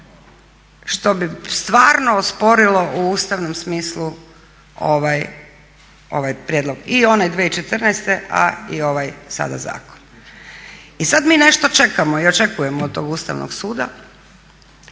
što bi stvarno osporilo u ustavnom smislu ovaj prijedlog i onaj 2014., a i ovaj sada zakon. I sad mi nešto čekamo i očekujemo od tog Ustavnog suda.